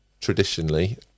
traditionally